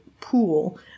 pool